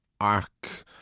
arc